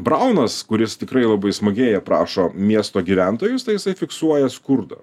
braunas kuris tikrai labai smagiai aprašo miesto gyventojus tai jisai fiksuoja skurdą